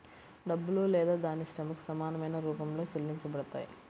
డబ్బులో లేదా దాని శ్రమకు సమానమైన రూపంలో చెల్లించబడతాయి